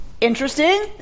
interesting